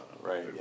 Right